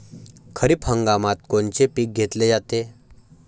खरिप हंगामात कोनचे पिकं घेतले जाते?